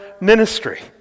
ministry